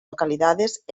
localidades